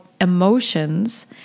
emotions